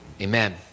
amen